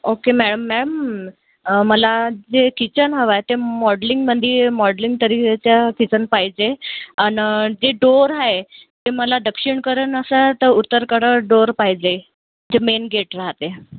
okay ma'am ma'am मला जे kitchen हवं आहे ते मॉडलिंगमध्ये मॉडलिंग तरी त्या किचन पाहिजे आणि जे डोर आहे ते मला दक्षिणेकडे नको तर उत्तरकडे डोर पाहिजे जे मेन गेट राहते